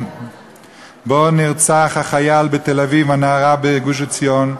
שבו נרצחו החייל בתל-אביב והנערה בגוש-עציון,